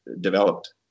developed